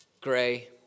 gray